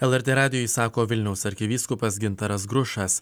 lrt radijui sako vilniaus arkivyskupas gintaras grušas